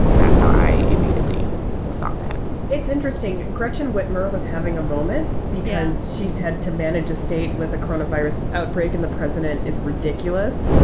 that's how i immediately saw that it's interesting. gretchen whitmer was having a moment because she's had to manage a state with a corona virus outbreak. and the president is ridiculous.